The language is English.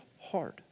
hard